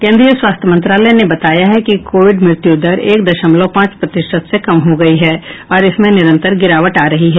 केंद्रीय स्वास्थ्य मंत्रालय ने बताया है कि कोविड मृत्युदर एक दशमलव पांच प्रतिशत से कम हो गई है और इसमें निरंतर गिरावट आ रही है